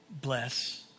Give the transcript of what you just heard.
bless